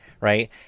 right